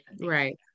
Right